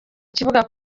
kibuga